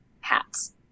hats